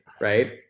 right